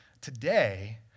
Today